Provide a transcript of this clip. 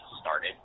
started